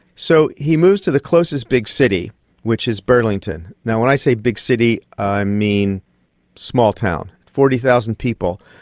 so he moved to the closest big city which is burlington. now, when i say big city, i mean small town, forty thousand people.